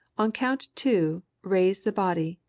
on count two, raise the body,